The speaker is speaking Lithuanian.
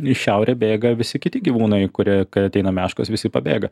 į šiaurę bėga visi kiti gyvūnai kurie ateina meškos visi pabėga